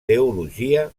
teologia